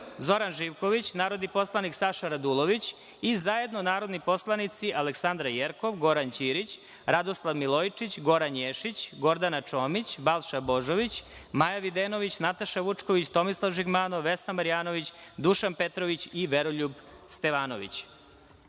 Zoran Živković, narodni poslanik Saša Radulović i zajedno narodni poslanici Aleksandra Jerkov, Goran Ćirić, Radoslav Milojičić, Goran Ješić, Gordana Čomić, Balša Božović, Maja Videnović, Nataša Vučković, Tomislav Žigmanov, Vesna Marjanović, Dušan Petrović i Veroljub Stevanović. Reč